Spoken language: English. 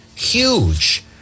Huge